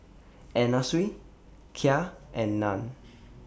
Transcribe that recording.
Anna Sui Kia and NAN